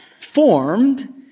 formed